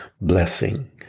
blessing